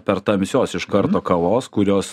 per tamsios iš karto kavos kurios